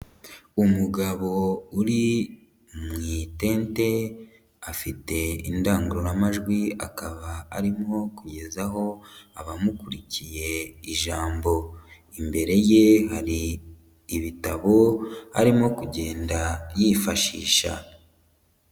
Umugabo uri mwi itente afite indangururamajwi akaba arimo kugeza aho abamukurikiye ijambo, imbere ye hari ibitabo arimo kugenda yifashisha.